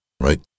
right